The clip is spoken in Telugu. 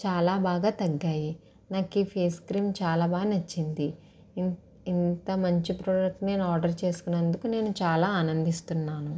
చాలా బాగా తగ్గాయి నాకిఫేస్ క్రీమ్ చాలా బాగా నచ్చింది ఇం ఇంత మంచి ప్రోడక్ట్ నేను ఆర్డర్ చేసుకున్నందుకు నేను చాలా ఆనందిస్తున్నాను